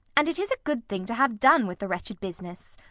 and it is a good thing to have done with the wretched business.